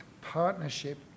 partnership